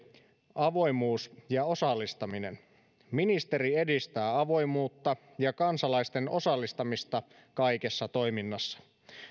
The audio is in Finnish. avoimuus ja osallistaminen ministeri edistää avoimuutta ja kansalaisten osallistamista kaikessa toiminnassa